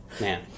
Man